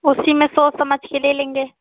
वह सीन में सोच समझकर ले लेंगे